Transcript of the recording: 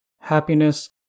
happiness